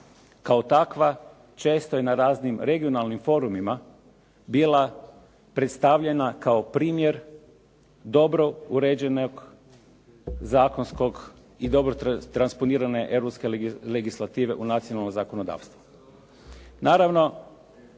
kao takva često i na raznim regionalnim forumima bila predstavljena kao primjer dobro uređenog zakonskog i dobro transponirane europske legislative u nacionalno zakonodavstvo.